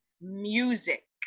music